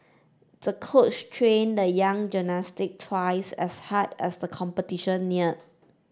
the coach trained the young gymnast twice as hard as the competition neared